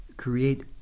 create